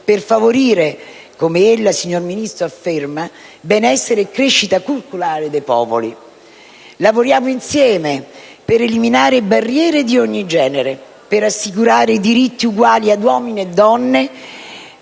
per favorire, come lei, signor Ministro, afferma, benessere e crescita culturale dei popoli. Lavoriamo insieme per eliminare barriere di ogni genere, per assicurare uguali diritti a uomini e donne